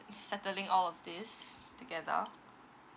settling all of these together